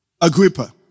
Agrippa